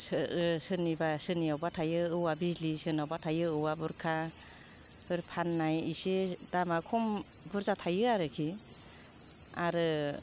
सोरनिबा सोरनियावबा थायो औवा बिजलि सोरनियावबा थायो औवा बुरखाफोर फाननाय इसे दामा खम बुरजा थायोआरखि आरो